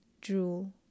drool